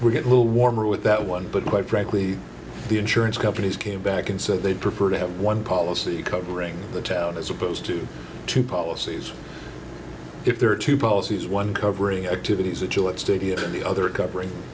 we get a little warmer with that one but quite frankly the insurance companies came back and said they'd prefer to have one policy covering the town as opposed to two policies if there are two policies one covering activities a joint stadium and the other covering